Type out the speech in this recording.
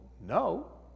no